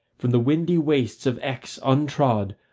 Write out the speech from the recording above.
from the windy wastes of exe untrod,